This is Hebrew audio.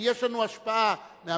כי יש לנו השפעה מהמשפחה,